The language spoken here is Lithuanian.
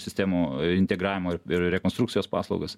sistemų integravimo ir ir rekonstrukcijos paslaugas